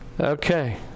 okay